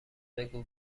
بگو